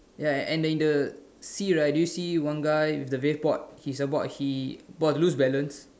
ya and in the in the sea right do you see one guy with the waveboard he's about he's about to lose balance